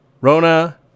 Rona